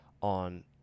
on